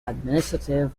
administrative